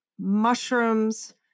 mushrooms